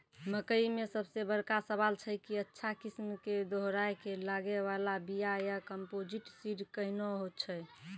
मकई मे सबसे बड़का सवाल छैय कि अच्छा किस्म के दोहराय के लागे वाला बिया या कम्पोजिट सीड कैहनो छैय?